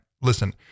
listen